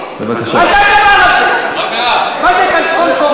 אתה יכול להגיד את זה בבקשה כשיהיו יותר נוכחים.